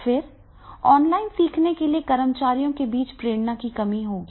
फिर ऑनलाइन सीखने के लिए कर्मचारियों के बीच प्रेरणा की कमी होगी